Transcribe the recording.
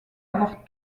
avoir